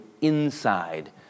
inside